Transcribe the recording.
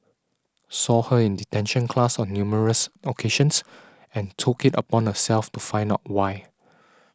saw her in detention class on numerous occasions and took it upon herself to find out why